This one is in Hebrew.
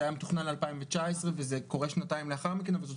זה היה מתוכנן ל-2019 וזה קורה שנתיים לאחר מכן אבל זאת